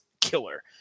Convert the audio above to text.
killer